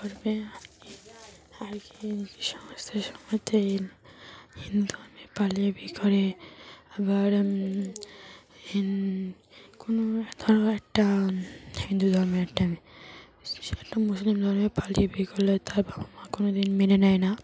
করবে আর কি সমস্ত সম হিন্দু ধর্মে পালিয়ে বিয়ে করে আবার কোনো ধরো একটা হিন্দু ধর্মে একটা সে একটা মুসলিম ধর্মে পালিয়ে বি করলে তার বাবা মা কোনো দিন মেনে নেয় না